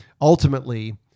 ultimately